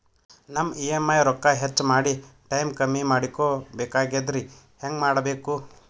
ನಮ್ಮ ಇ.ಎಂ.ಐ ರೊಕ್ಕ ಹೆಚ್ಚ ಮಾಡಿ ಟೈಮ್ ಕಮ್ಮಿ ಮಾಡಿಕೊ ಬೆಕಾಗ್ಯದ್ರಿ ಹೆಂಗ ಮಾಡಬೇಕು?